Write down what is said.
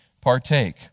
partake